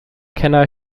kenner